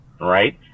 right